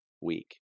week